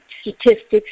statistics